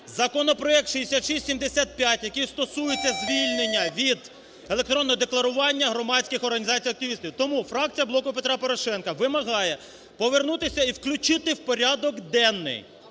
законопроект 6675, який стосується звільнення від електронного декларування громадських організацій активістів. Тому фракція "Блоку Петра Порошенка" вимагає повернутися і включити в порядок денний